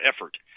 effort